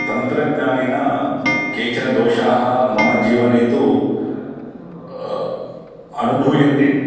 तन्त्रज्ञानेन केचन दोषाः मम जीवने तु अनुभूयन्ते